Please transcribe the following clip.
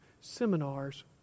seminars